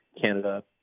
Canada